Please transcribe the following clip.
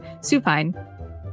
supine